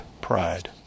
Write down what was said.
pride